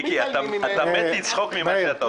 מיקי, אתה מת לצחוק ממה שאתה עושה.